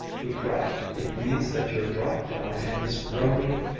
he cried. it means that you're dropped down in this groaning,